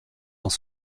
dans